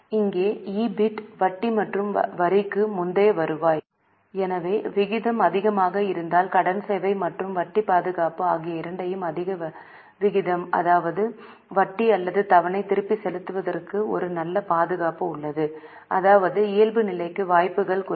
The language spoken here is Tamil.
இ ங்கே EBIT வட்டி மற்றும் வரிக்கு முந்தைய வருவாய் எனவே விகிதம் அதிகமாக இருந்தால் கடன் சேவை மற்றும் வட்டி பாதுகாப்பு ஆகிய இரண்டையும் அதிக விகிதம் அதாவது வட்டி அல்லது தவணை திருப்பிச் செலுத்துவதற்கு ஒரு நல்ல பாதுகாப்பு உள்ளது அதாவது இயல்புநிலைக்கு வாய்ப்புகள் குறைவு